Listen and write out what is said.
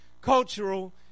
cultural